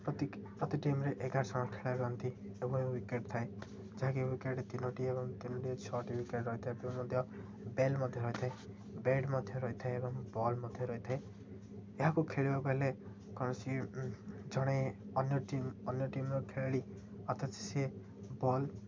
ପ୍ରତି ପ୍ରତି ଟିମରେ ଏଗାର ଜଣ ଖେଳା ରୁହନ୍ତି ଏବଂ ୱିକେଟ୍ ଥାଏ ଯାହାକି ୱିକେଟ୍ ତିନୋଟି ଏବଂ ତିନୋଟି ଛଅଟି ୱିକେଟ୍ ରହିଥାଏ ଏବଂ ମଧ୍ୟ ବେଲ ମଧ୍ୟ ରହିଥାଏ ବ୍ୟାଟ୍ ମଧ୍ୟ ରହିଥାଏ ଏବଂ ବଲ୍ ମଧ୍ୟ ରହିଥାଏ ଏହାକୁ ଖେଳିବାକୁ ଗଲେ କୌଣସି ଜଣେ ଅନ୍ୟ ଟିମ୍ ଅନ୍ୟ ଟିମ୍ର ଖେଳାଳି ଅଥଚ ସିଏ ବଲ୍